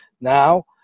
Now